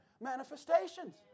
manifestations